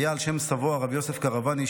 היה על שם סבו הרב יוסף קרואני,